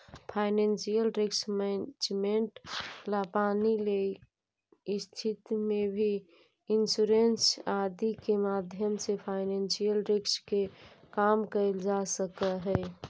financial risk management ला पानी ले स्थिति में भी इंश्योरेंस आदि के माध्यम से फाइनेंशियल रिस्क के कम कैल जा सकऽ हई